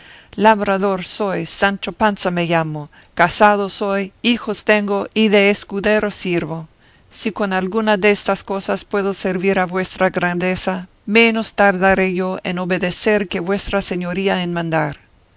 labrador soy sancho panza me llamo casado soy hijos tengo y de escudero sirvo si con alguna destas cosas puedo servir a vuestra grandeza menos tardaré yo en obedecer que vuestra señoría en mandar